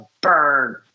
burn